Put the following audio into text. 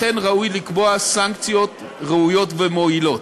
לכן ראוי לקבוע סנקציות ראויות ומועילות.